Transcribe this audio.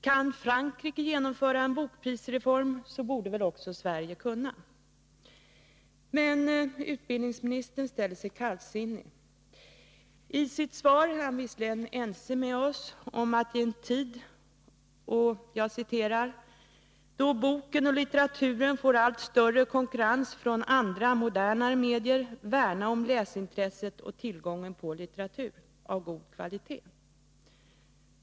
Kan Frankrike genomföra en bokprisreform borde väl också Sverige kunna. Men utbildningsministern ställer sig kallsinnig. I sitt svar är han visserligen ense med oss om att det är angeläget att ”i en tid då boken och litteraturen får allt större konkurrens från andra, modernare medier, värna om läsintresset och tillgången på litteratur av god kvalitet”.